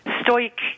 stoic